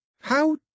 How